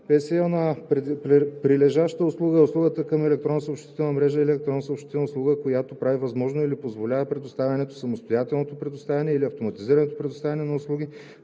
„51а. „Прилежаща услуга“ е услуга към електронна съобщителна мрежа или електронна съобщителна услуга, която прави възможно или позволява предоставянето, самостоятелното предоставяне или автоматизираното предоставяне на услуги